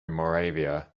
moravia